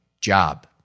job